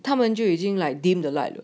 他们就已经 like dim the light 了